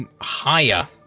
higher